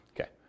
Okay